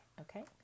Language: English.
okay